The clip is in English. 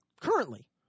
Currently